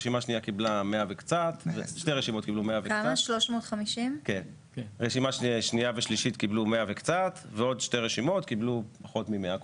שתי רשימות קילו קצת מעל 100 ועד שתי רשימות קבלו פחות מ-100 קולות.